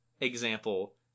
example